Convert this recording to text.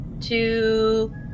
two